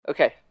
Okay